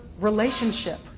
relationship